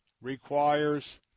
requires